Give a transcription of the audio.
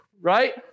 Right